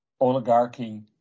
oligarchy